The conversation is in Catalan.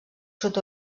sud